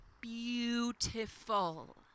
beautiful